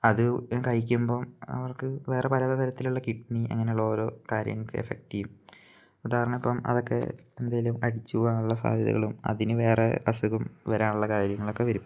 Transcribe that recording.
അത് കഴിക്കുമ്പം അവർക്ക് വേറെ പല തരത്തിലുള്ള കിഡ്നി അങ്ങനുള്ള ഓരോ കാര്യങ്ങൾക്ക് എഫക്ട് ചെയ്യും ഉദാഹരണം ഇപ്പം അതൊക്കെ എന്തേലും അടിച്ചു പോകാനുള്ള സാധ്യതകളും അതിന് വേറെ അസുഖം വരാൻ ഉള്ള കാര്യങ്ങളൊക്കെ വരും